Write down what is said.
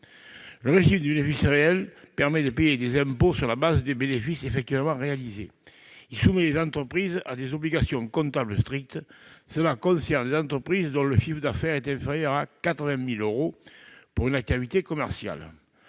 Le régime du bénéfice réel permet de payer des impôts sur la base des bénéfices effectivement réalisés. Il soumet les entreprises à des obligations comptables strictes et concerne celles d'entre elles dont le chiffre d'affaires est inférieur à 80 000 euros pour une activité commerciale.